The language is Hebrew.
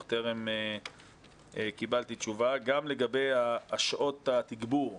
וטרם קיבלתי תשובה לגבי שעות התגבור,